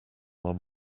one